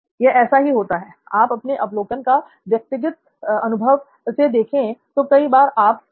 यह ऐसे ही होता है आप अपने अवलोकन या व्यक्तिगत अनुभव से देखें तो कई बार आप " वाह